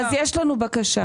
אז יש לנו בקשה.